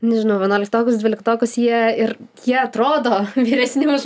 nežinau vienuoliktokus dvyliktokus jie ir jie atrodo vyresni už